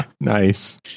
Nice